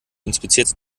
inspizierte